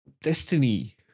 destiny